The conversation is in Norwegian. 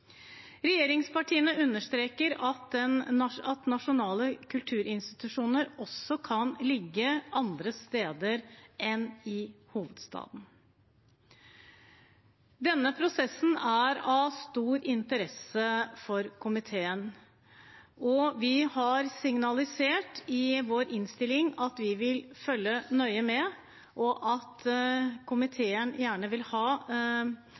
Regjeringspartiene understreker at nasjonale kulturinstitusjoner også kan ligge andre steder enn i hovedstaden. Denne prosessen er av stor interesse for komiteen, og vi har signalisert i vår innstilling at vi vil følge nøye med, og at komiteen gjerne vil ha